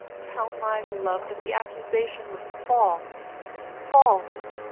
tell my love that the accusation was false false!